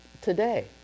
today